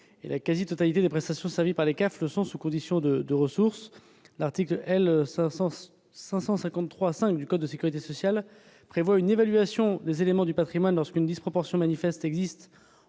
La quasi-totalité des prestations servies par les caisses d'allocation familiales le sont sous conditions de ressources. L'article L. 553-5 du code de la sécurité sociale prévoit une évaluation des éléments du patrimoine lorsqu'une disproportion manifeste existe